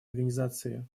организации